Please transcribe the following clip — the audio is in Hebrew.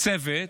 צוות